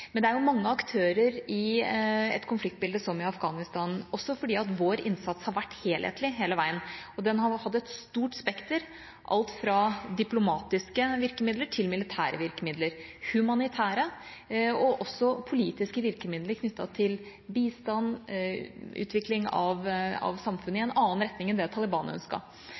Men det er mange aktører i et konfliktbilde som i Afghanistan, også fordi vår innsats har vært helhetlig hele veien, og den har hatt et stort spekter, alt fra diplomatiske virkemidler til militære virkemidler – og humanitære og også politiske virkemidler knyttet til bistand og utvikling av samfunnet i en annen retning enn det Taliban